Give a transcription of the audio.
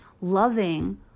loving